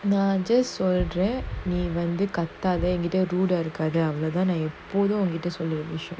nah just சொல்றேன்நீவந்துகத்தாத:solren nee vandhu kathukatha do the recording இருக்காதஅவ்ளோதான்நான்:irukatha avlodhan nan